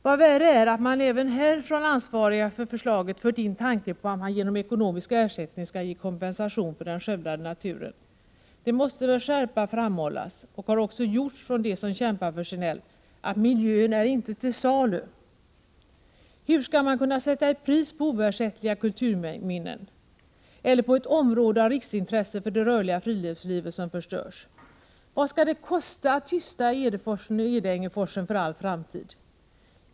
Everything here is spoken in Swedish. Vad värre är, är att man även här från de ansvariga för förslaget fört in tanken på att man genom ekonomisk ersättning skall ge kompensation för den skövlade naturen. Det måste med skärpa framhållas, och har också gjorts från dem som kämpar för sin älv, att miljön inte är till salu. Hur skall man kunna sätta ett pris på oersättliga kulturminnen, eller på att ett område av riksintresse för det rörliga friluftslivet förstörs? Vad skall det kosta att tysta Edeforsen och Edängeforsen för all framtid?